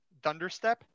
Thunderstep